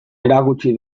erakutsi